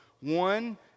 One